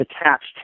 attached